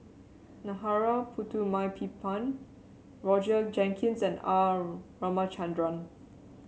Narana Putumaippittan Roger Jenkins and R Ramachandran